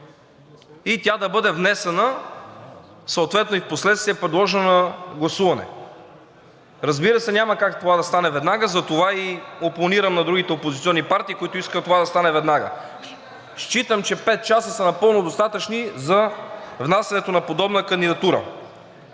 и тя да бъде внесена, съответно и впоследствие подложена на гласуване. Разбира се, няма как това да стане веднага, затова и опонирам на другите опозиционни партии, които искат това да стане веднага. Считам, че пет часа са напълно достатъчни за внасянето на подобна кандидатура.